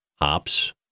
hops